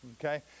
Okay